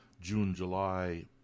June-July